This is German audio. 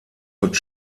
hot